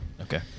Okay